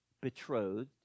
betrothed